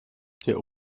der